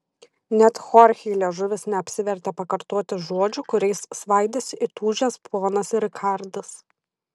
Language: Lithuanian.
net chorchei liežuvis neapsivertė pakartoti žodžių kuriais svaidėsi įtūžęs ponas rikardas